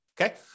okay